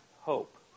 hope